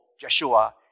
Joshua